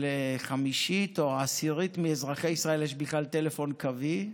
שלחמישית או עשירית מאזרחי ישראל יש בכלל טלפון קווי,